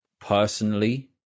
personally